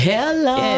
Hello